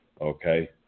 okay